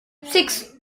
six